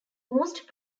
most